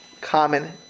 common